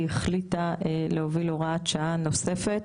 היא החליטה להוביל הוראת שעה נוספת